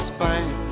Spain